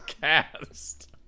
cast